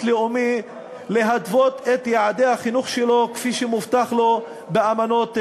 לאומי להתוות את יעדי החינוך שלו כפי שמובטח לו באמנות בין-לאומיות.